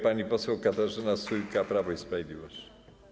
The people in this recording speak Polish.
Pani poseł Katarzyna Sójka, Prawo i Sprawiedliwość.